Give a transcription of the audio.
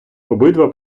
обидва